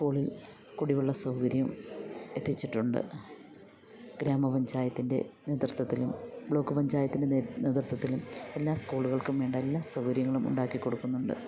സ്കൂളിൽ കുടിവെള്ള സൗകര്യം എത്തിച്ചിട്ടുണ്ട് ഗ്രാമ പഞ്ചായത്തിൻ്റെ നേതൃത്വത്തിലും ബ്ലോക്ക് പഞ്ചായത്തിൻ്റെ നേതൃത്വത്തിലും എല്ലാ സ്കൂളുകൾക്കും വേണ്ട എല്ലാ സൗകര്യങ്ങളും ഉണ്ടാക്കി കൊടുക്കുന്നുണ്ട്